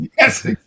Yes